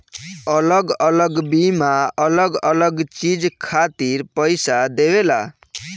अलग अलग बीमा अलग अलग चीज खातिर पईसा देवेला